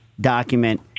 document